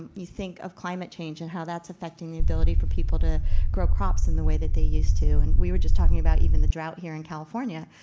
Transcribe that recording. you think of climate change and how that's affecting the ability for people to grow crops in the way that they used to. and we were just talking about even the drought here in california.